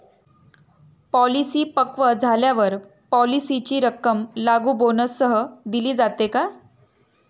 Policy पक्व झाल्यावर पॉलिसीची रक्कम लागू बोनससह दिली जाते का?